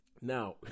now